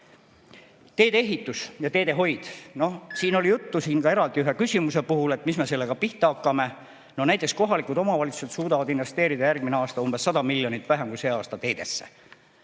tulema. Teedeehitus ja teedehoid. Siin oli juttu ka eraldi ühe küsimuse puhul, et mis me sellega pihta hakkame. Näiteks kohalikud omavalitsused suudavad investeerida järgmisel aastal umbes 100 miljonit vähem kui see aasta teedesse.